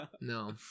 No